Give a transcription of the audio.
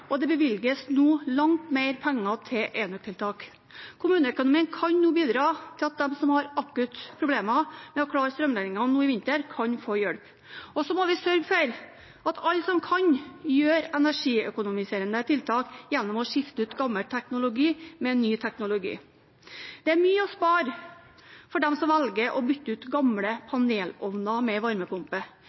og det bevilges nå langt mer penger til enøktiltak. Kommuneøkonomien kan nå bidra til at de som har akutte problemer med å klare strømregningene nå i vinter, kan få hjelp. Så må vi sørge for at alle som kan, gjør energiøkonomiserende tiltak gjennom å skifte ut gammel teknologi med ny teknologi. Det er mye å spare for dem som velger å bytte ut gamle panelovner med varmepumpe.